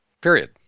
period